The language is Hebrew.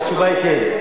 התשובה היא כן.